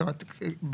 זאת אומרת,